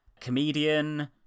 comedian